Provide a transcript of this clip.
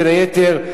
בין היתר,